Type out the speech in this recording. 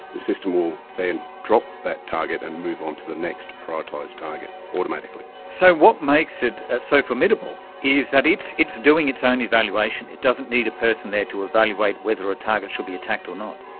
the system will then drop that target and move onto the next prioritised target automatically. so what makes it ah so formidable is that it's doing its own evaluation, it doesn't need a person there to evaluate whether a target should be attacked or not.